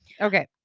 Okay